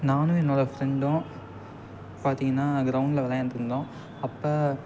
நானும் என்னோட ஃப்ரெண்டும் பார்த்தீங்கனா க்ரவுண்டில் விளையாண்டுட்ருந்தோம் அப்போ